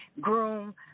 groom